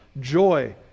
joy